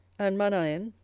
and manaen,